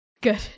Good